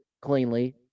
cleanly